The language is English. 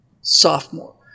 sophomore